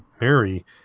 mary